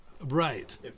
Right